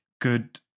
good